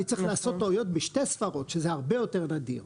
אני צריך לעשות טעויות בשתי ספרות שזה הרבה יותר נדיר.